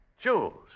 Jules